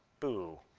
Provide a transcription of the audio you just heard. boo!